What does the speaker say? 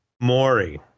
Maury